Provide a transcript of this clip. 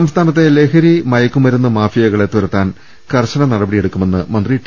സംസ്ഥാനത്തെ ലഹരി മയക്കുമരുന്ന് മാഫിയകളെ തുരത്താൻ കർശന നടപടിയെടുക്കുമെന്ന് മന്ത്രി ടി